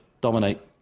Dominate